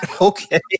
Okay